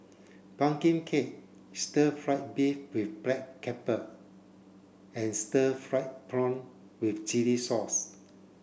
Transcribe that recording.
pumpkin cake stir fried beef with black and stir fried prawn with chili sauce